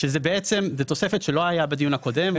שבעצם זו תוספת שלא הייתה בדיון הקודם.